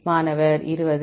மாணவர் 20